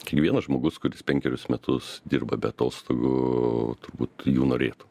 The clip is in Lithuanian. kiekvienas žmogus kuris penkerius metus dirba be atostogų turbūt jų norėtų